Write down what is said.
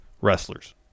wrestlers